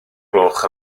gloch